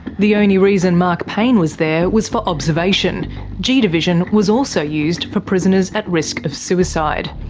the only reason mark payne was there was for observation g divison was also used for prisoners at risk of suicide.